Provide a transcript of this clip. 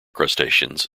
crustaceans